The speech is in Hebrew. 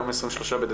על סדר-היום: